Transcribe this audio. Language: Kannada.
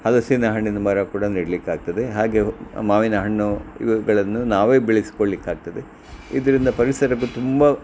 ಹಲಸಿನ ಹಣ್ಣಿನ ಮರ ಕೂಡ ನೆಡಲಿಕ್ಕಾಗ್ತದೆ ಹಾಗೆ ಮಾವಿನ ಹಣ್ಣು ಇವುಗಳನ್ನು ನಾವೇ ಬೆಳೆಸಿಕೊಳ್ಳಲಿಕ್ಕಾಗ್ತದೆ ಇದರಿಂದ ಪರಿಸರಕ್ಕೂ ತುಂಬ